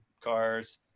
cars